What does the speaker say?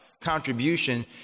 contribution